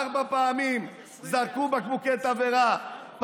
ארבע פעמים זרקו בקבוקי תבערה,